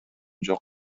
жок